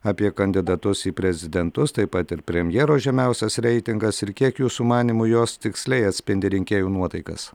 apie kandidatus į prezidentus taip pat ir premjero žemiausias reitingas ir kiek jūsų manymu jos tiksliai atspindi rinkėjų nuotaikas